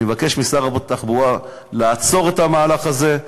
אני מבקש משר התחבורה לעצור את המהלך הזה.